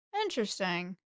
interesting